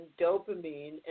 dopamine